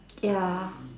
ya